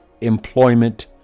employment